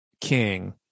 king